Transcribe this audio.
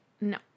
No